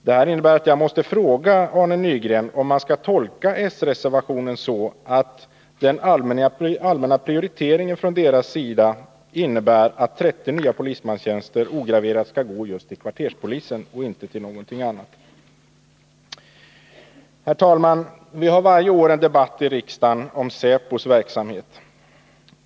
Detta innebär att jag måste fråga Arne Nygren, om man skall tolka s-reservationen så, att den allmänna prioriteringen från socialdemokraternas sida innebär att 30 nya polismanstjänster ograverat skall gå till just kvarterspolisen och inte till någonting annat. Herr talman! Vi har varje år en debatt i riksdagen om säkerhetspolisens verksamhet.